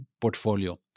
portfolio